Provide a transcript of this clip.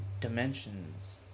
dimensions